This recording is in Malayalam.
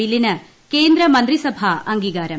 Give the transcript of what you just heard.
ബില്ലിന് കേന്ദ്ര മന്ത്രിസഭാ അംഗീകാരം